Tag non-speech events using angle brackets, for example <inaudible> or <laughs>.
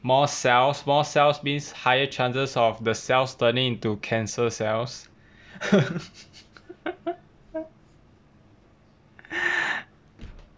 more cells more cells means higher chances of the cells turning into cancer cells <laughs>